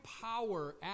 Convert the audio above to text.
power